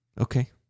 Okay